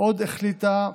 עוד החליטה הוועדה,